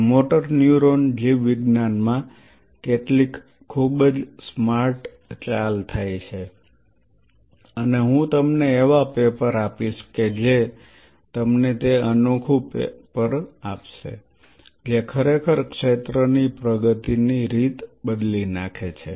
અને motor neuron જીવવિજ્ઞાનમાં કેટલીક ખૂબ જ સ્માર્ટ ચાલ થાય છે અને હું તમને એવા પેપર આપીશ કે જે તમને તે અનોખું પેપર આપશે જે ખરેખર ક્ષેત્રની પ્રગતિની રીત બદલી નાખે છે